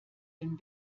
den